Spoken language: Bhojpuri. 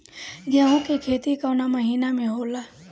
गेहूँ के खेती कवना महीना में होला?